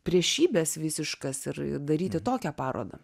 priešybės visiškas ir daryti tokią parodą